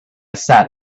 sat